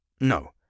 no